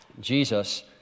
Jesus